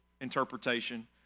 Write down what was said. interpretation